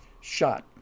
shot